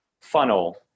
funnel